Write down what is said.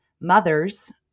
mothers